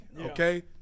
okay